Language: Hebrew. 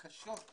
קשות,